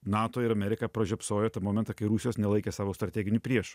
nato ir amerika pražiopsojo tą momentą kai rusijos nelaikė savo strateginiu priešu